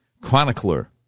chronicler